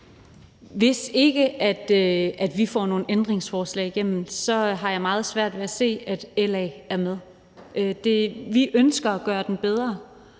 Hvis ikke vi får nogen ændringsforslag igennem, har jeg meget svært ved at se, at LA er med. Vi ønsker at gøre det bedre,